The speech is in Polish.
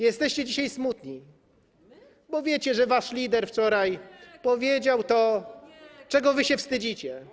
Jesteście dzisiaj smutni, bo wiecie, że wasz lider wczoraj powiedział to, czego wy się wstydzicie.